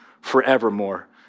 forevermore